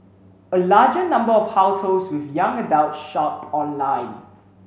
a larger number of households with young adult shopped online